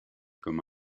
comme